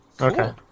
Okay